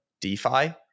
DeFi